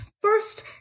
First